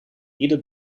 ieder